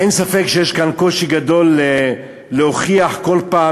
אין ספק שיש כאן קושי גדול להוכיח כל פעם